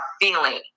feeling